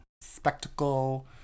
Spectacle